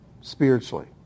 spiritually